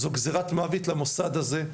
זה גזרת מוות למוסד הזה,